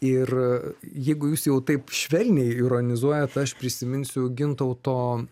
ir jeigu jūs jau taip švelniai ironizuojat aš prisiminsiu gintauto